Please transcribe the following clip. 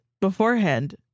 beforehand